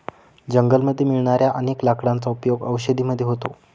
जंगलामध्ये मिळणाऱ्या अनेक लाकडांचा उपयोग औषधी मध्ये होतो